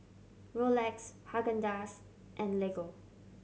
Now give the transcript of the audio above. Rolex Haagen Dazs and Lego